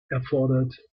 erfordert